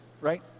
right